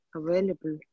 available